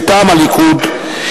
מטעם הליכוד,